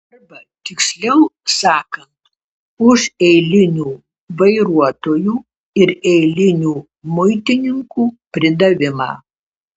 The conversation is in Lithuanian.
arba tiksliau sakant už eilinių vairuotojų ir eilinių muitininkų pridavimą